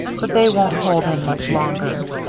but they won't hold in much longer.